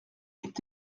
est